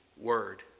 word